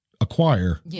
acquire